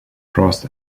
frost